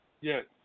Yes